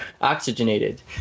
oxygenated